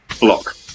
block